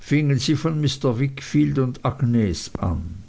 fingen sie von mr wickfield und agnes an